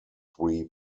three